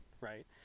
right